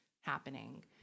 happening